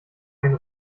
ein